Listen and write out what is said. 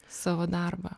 savo darbą